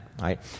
right